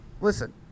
Listen